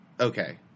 Okay